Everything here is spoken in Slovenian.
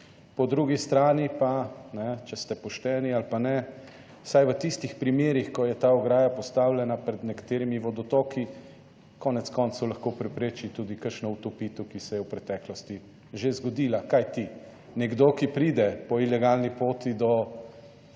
po drugi strani pa, če ste pošteni ali pa ne, vsaj v tistih primerih, ko je ta ograja postavljena pred nekaterimi vodotoki, konec koncev lahko prepreči tudi kakšno utopitev, ki se je v preteklosti že zgodila. Kajti, nekdo, ki pride po ilegalni poti do